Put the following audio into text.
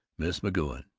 miss mcgoun,